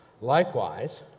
Likewise